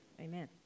Amen